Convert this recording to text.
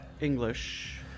English